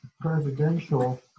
presidential